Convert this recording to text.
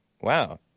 Wow